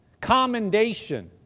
commendation